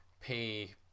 pay